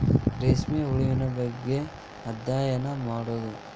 ರೇಶ್ಮೆ ಹುಳುವಿನ ಬಗ್ಗೆ ಅದ್ಯಯನಾ ಮಾಡುದು